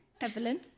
Evelyn